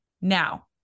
Now